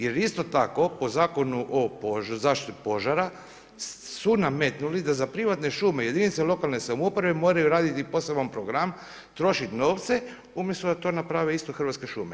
Jer isto tako po Zakonu o zaštiti od požara su nametnuli da za privatne šume jedinice lokalne samouprave moraju raditi poseban program, trošiti novce, umjesto da to naprave isto Hrvatske šume.